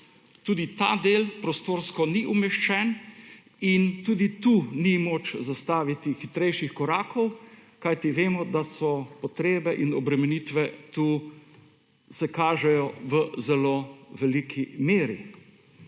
Tudi ta del prostorsko ni umeščen in tudi tukaj ni moč zastaviti hitrejših korakov, kajti vemo, da so potrebe in obremenitve tukaj se kažejo v zelo veliki meri.